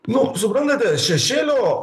nu suprantate šešėlio